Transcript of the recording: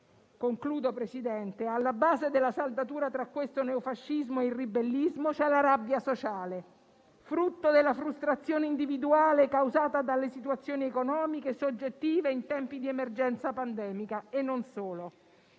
la cultura dominante. Alla base della saldatura tra questo neofascismo e il ribellismo c'è la rabbia sociale, frutto della frustrazione individuale causata dalle situazioni economiche soggettive in tempi di emergenza pandemica e non solo.